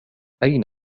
أين